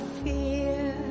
fear